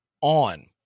on